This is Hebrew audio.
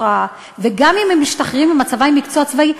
וגם אם הם משתחררים מהצבא עם מקצוע צבאי,